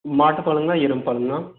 மாட்டுப் பாலாண்ணா எருமை பாலாண்ணா